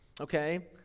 okay